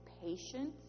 patience